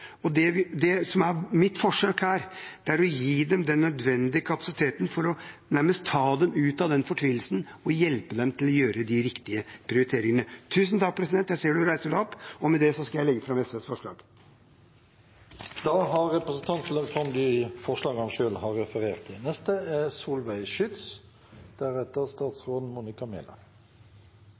Det som er mitt forsøk her, er å gi dem den nødvendige kapasiteten for nærmest å ta dem ut av den fortvilelsen og hjelpe dem til å gjøre de riktige prioriteringene. Jeg vil da legge fram SVs forslag. Representanten Petter Eide har tatt opp de forslagene han refererte til. Det